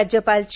राज्यपाल चे